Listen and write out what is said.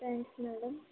thanks madam